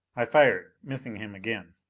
i fired, missing him again.